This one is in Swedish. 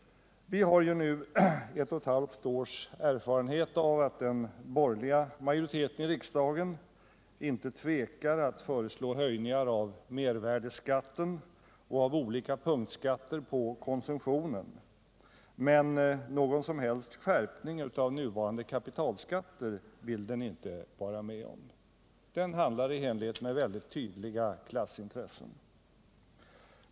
Vi harju nu ett och ett halvt års erfarenhet av att den borgerliga majoriteten i riksdagen inte tvekar att föreslå höjningar av mervärdeskatten och av olika punktskatter på konsumtionen, men någon som helst skärpning av nuvarande kapitalskatter vill den inte vara med om. Den handlar i enlighet med tydliga klassintressen.